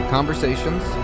Conversations